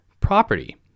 property